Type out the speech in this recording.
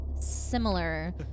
similar